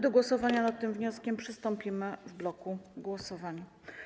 Do głosowania nad tym wnioskiem przystąpimy w bloku głosowań.